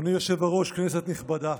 אדוני היושב-ראש, כנסת נכבדה,